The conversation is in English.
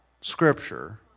scripture